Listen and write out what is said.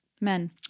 Men